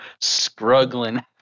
struggling